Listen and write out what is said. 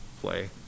play